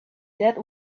that